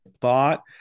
thought